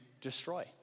destroy